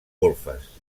golfes